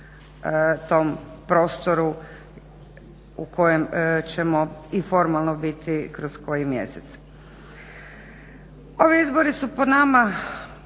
tom prostoru u kojem ćemo i formalno biti kroz koji mjesec. Ovi izbori su po nama